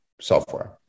software